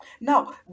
Now